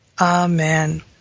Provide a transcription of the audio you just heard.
Amen